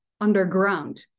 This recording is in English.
underground